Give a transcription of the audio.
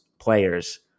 players